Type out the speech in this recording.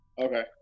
okay